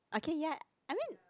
okay ya I mean